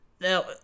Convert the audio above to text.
Now